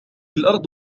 الأرض